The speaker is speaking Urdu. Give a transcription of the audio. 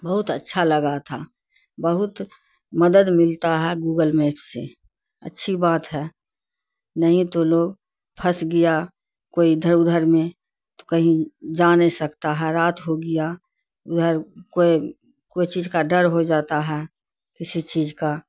بہت اچھا لگا تھا بہت مدد ملتا ہے گوگل میپ سے اچھی بات ہے نہیں تو لوگ پھنس گیا کوئی ادھر ادھر میں تو کہیں جا نہیں سکتا ہے رات ہو گیا ادھر کوئی کوئی چیز کا ڈر ہو جاتا ہے کسی چیز کا